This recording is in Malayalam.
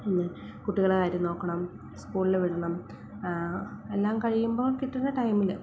പിന്നെ കുട്ടികളെ കാര്യം നോക്കണം സ്കൂളില് വിടണം എല്ലാം കഴിയുമ്പോള് കിട്ടുന്ന ടൈമില്